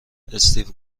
استیو